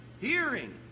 hearing